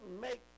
make